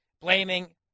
blaming